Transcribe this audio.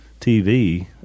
TV